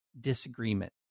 disagreement